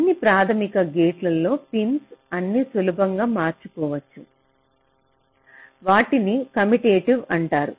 అన్ని ప్రాథమిక గేట్లో పిన్స్ అన్నీ సులభంగా మార్చుకోవచ్చు వాటిని కమ్యుటేటివ్ అంటారు